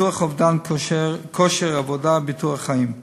ביטוח אובדן כושר עבודה וביטוח חיים.